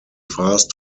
fast